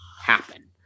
happen